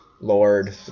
Lord